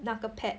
那个 pad